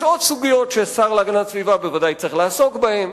יש עוד סוגיות שהשר להגנת הסביבה בוודאי יצטרך לעסוק בהן,